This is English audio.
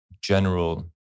general